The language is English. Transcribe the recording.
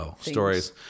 stories